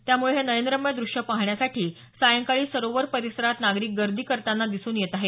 त्यामुळे हे नयनरम्य द्रष्य पाहण्यासाठी सायंकाळी सरोवर परिसरात नागरिक गर्दी करताना दिसून येत आहेत